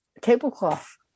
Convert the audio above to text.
tablecloth